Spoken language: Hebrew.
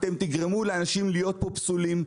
אתם תגרמו לאנשים להיות פה פסולים,